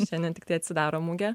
šiandien tiktai atsidaro mugė